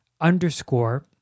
underscore